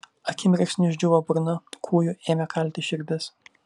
akimirksniu išdžiūvo burna kūju ėmė kalti širdis